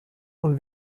und